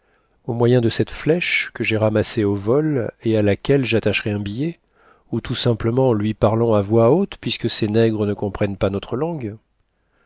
au moyen de cette flèche que j'ai ramassée au vol et à laquelle j'attacherais un billet ou tout simplement en lui parlant à voix haute puisque ces nègres ne comprennent pas notre langue